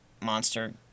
monster